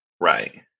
Right